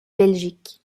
belgique